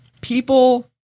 people